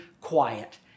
quiet